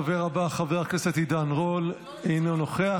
הדובר הבא, חבר הכנסת עידן רול, אינו נוכח.